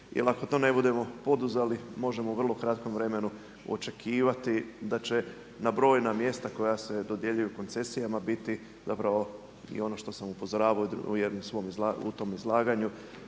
ako to ne budemo poduzeli možemo u vrlo kratkom vremenu očekivati da će na brojna mjesta koja se dodjeljuju koncesijama biti zapravo i ono što sam i upozoravao u tom izlaganju,